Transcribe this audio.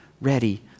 ready